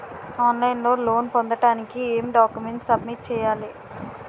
On line లో loan పొందటానికి ఎం డాక్యుమెంట్స్ సబ్మిట్ చేయాలి?